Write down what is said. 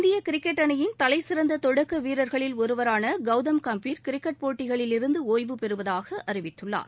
இந்திய கிரிக்கெட் அணியின் தலைசிறந்த தொடக்க வீரர்களில் ஒருவரான கவுதம் கம்பீர் கிரிக்கெட் போட்டிகளிலிருந்து ஒய்வுப்பெறுவதாக அறிவித்துள்ளார்